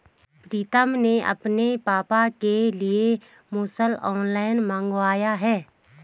प्रितम ने अपने पापा के लिए मुसल ऑनलाइन मंगवाया है